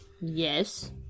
Yes